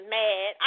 mad